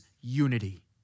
unity